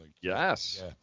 Yes